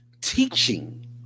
teaching